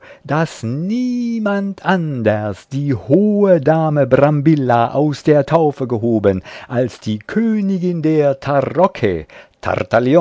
daß niemand anders die hohe dame brambilla aus der taufe gehoben als die königin der tarocke